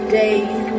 days